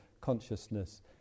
consciousness